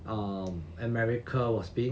um america was being